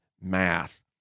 math